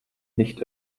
nicht